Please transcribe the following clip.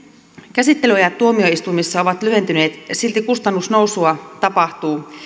käsittelyajat tuomioistuimissa ovat lyhentyneet silti kustannusnousua tapahtuu